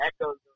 echoes